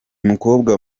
mukobwa